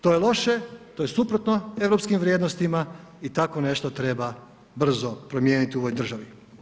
To je loše, to je suprotno europskim vrijednostima i tako nešto treba brzo promijeniti u ovoj državi.